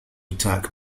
attack